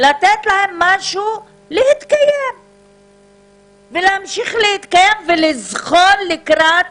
לתת להם משהו להתקיים ולהמשיך להתקיים ולזחול לקראת